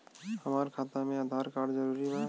हमार खाता में आधार कार्ड जरूरी बा?